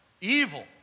evil